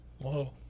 Whoa